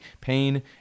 Pain